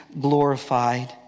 glorified